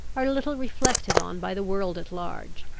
are little reflected on by the world at large,